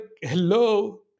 hello